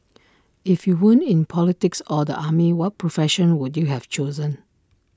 if you weren't in politics or the army what profession would you have chosen